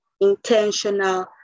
intentional